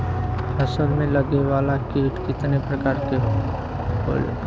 फसल में लगे वाला कीट कितने प्रकार के होखेला?